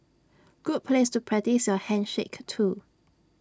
good place to practise your handshake too